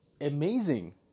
amazing